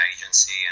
agency